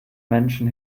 menschen